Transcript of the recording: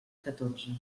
catorze